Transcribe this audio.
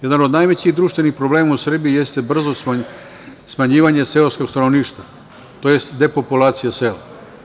Jedan od najvećih društvenih problema u Srbiji jeste brzo smanjivanje seoskog stanovništva, tj. depopulacija sela.